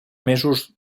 mesos